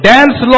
Dance